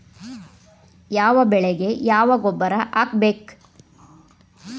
ಯಾವ ಬೆಳಿಗೆ ಯಾವ ಗೊಬ್ಬರ ಹಾಕ್ಬೇಕ್?